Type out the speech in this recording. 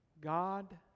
God